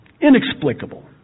Inexplicable